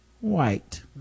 white